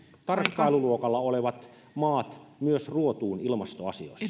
tarkkailuluokalla olevat maat ruotuun ilmastoasioissa